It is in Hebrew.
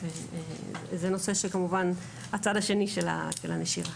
זה נושא שהוא כמובן הצד השני של הנשירה.